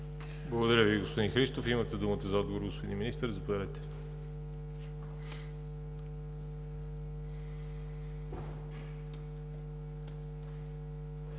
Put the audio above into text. Благодаря Ви, господин Христов. Имате думата за отговор, господин Министър. Заповядайте.